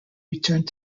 returned